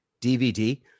DVD